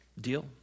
Deal